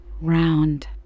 round